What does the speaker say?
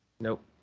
Nope